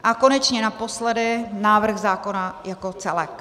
A konečně naposledy návrh zákona jako celek.